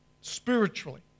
spiritually